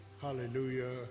Hallelujah